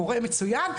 מורה מצוין,